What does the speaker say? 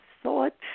thought